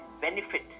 benefit